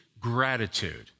gratitude